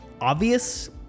obvious